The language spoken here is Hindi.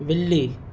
बिल्ली